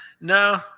no